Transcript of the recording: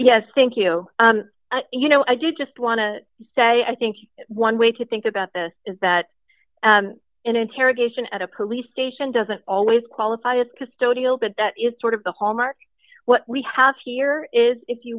i think you you know i just want to say i think one way to think about this is that an interrogation at a police station doesn't always qualify as custodial but that is sort of the hallmark what we have here is if you